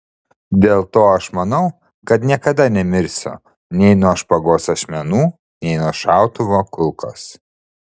dėl to aš manau kad niekada nemirsiu nei nuo špagos ašmenų nei nuo šautuvo kulkos